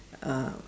uh